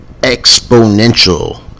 Exponential